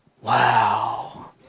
Wow